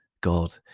God